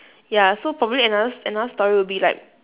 ya so probably another another story will be like